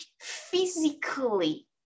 physically